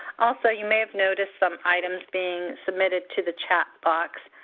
also, you may have noticed some items being submitted to the chat box.